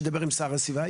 ידבר עם שר הסביבה,